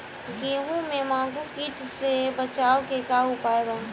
गेहूँ में माहुं किट से बचाव के का उपाय बा?